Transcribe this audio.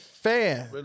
Fan